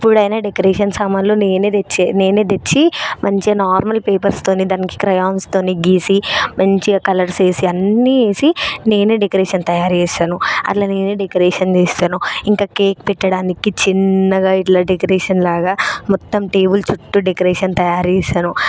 ఎప్పుడైనా డెకరేషన్ సామాన్లు నేనే తెచ్చి నేనే తెచ్చి మంచిగా నార్మల్ పేపర్స్తో దానికి క్రయోన్స్తో గీసి మంచిగా కలర్స్ ఏసి అన్ని వేసి నేనే డెకరేషన్ తయారు చేస్తాను అట్లా నేనే డెకరేషన్ చేస్తాను ఇంకా కేక్ పెట్టడానికి చిన్నగా ఇట్ల డెకరేషన్ లాగా మొత్తం టేబుల్ చుట్టూ డెకరేషన్ తయారు చేస్తాను